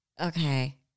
Okay